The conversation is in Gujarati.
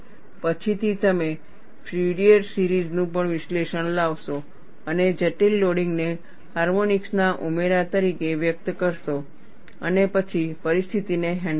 પછીથી તમે ફ્યુરિયર સીરિઝનું વિશ્લેષણ લાવશો અને જટિલ લોડિંગને હાર્મોનિક્સના ઉમેરા તરીકે વ્યક્ત કરશો અને પછી પરિસ્થિતિને હેન્ડલ કરશો